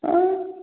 হ্যাঁ